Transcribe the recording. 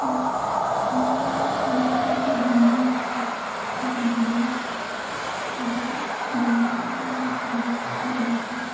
ते में ओह्दी स्हेली बनी मतलब स्हेली बनी सारी जिम्मेदारी मेरे उप्पर ही ओह्दे ब्याह् दी